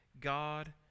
God